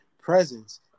presence